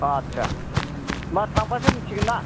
आस्सा होमबा थांबासो मिथिगोनना